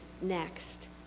next